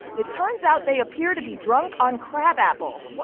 it turns out they appear to be drunk on crab apples.